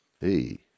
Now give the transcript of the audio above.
Hey